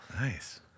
Nice